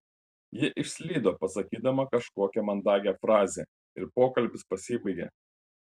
ji išslydo pasakydama kažkokią mandagią frazę ir pokalbis pasibaigė